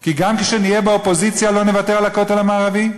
כי גם כשנהיה באופוזיציה לא נוותר על הכותל המערבי,